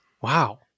Wow